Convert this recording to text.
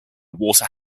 water